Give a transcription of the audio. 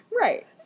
Right